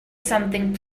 something